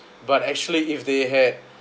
but actually if they had